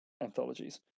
anthologies